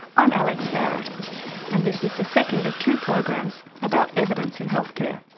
i'm alex barratt and this is the second of two programs about evidence in health care.